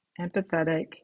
empathetic